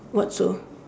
what so